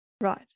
Right